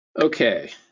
Okay